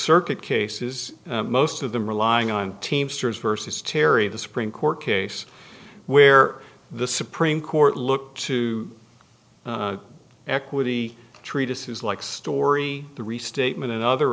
circuit cases most of them relying on teamsters versus terry the supreme court case where the supreme court looked to equity treatises like story the restatement and other